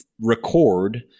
record